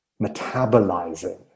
metabolizing